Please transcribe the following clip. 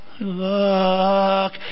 look